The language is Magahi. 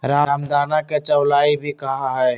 रामदाना के चौलाई भी कहा हई